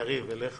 יריב, אליך